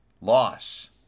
Loss